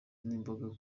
n’imboga